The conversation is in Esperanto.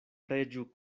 preĝu